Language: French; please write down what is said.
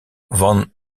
von